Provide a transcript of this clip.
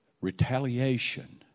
Retaliation